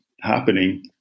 happening